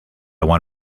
want